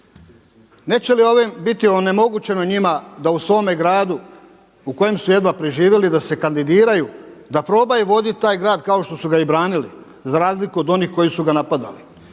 Neće li ovim biti onemogućeno njima da u svome gradu u kojem su jedva preživjeli da se kandidiraju, da probaju voditi taj grad kao što su ga i branili za razliku od onih koji su ga napadali.